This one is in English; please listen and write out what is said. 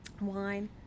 wine